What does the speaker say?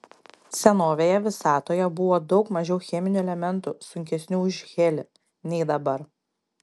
senovėje visatoje buvo daug mažiau cheminių elementų sunkesnių už helį nei dabar